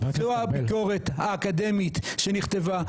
זו הביקורת האקדמית שנכתבה,